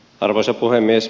arvoisa puhemies